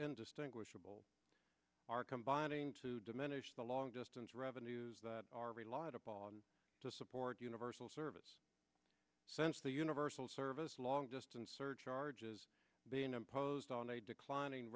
indistinguishable are combining to diminish the long distance revenues that are relied upon to support universal service since the universal service long distance surcharge is being imposed on a declining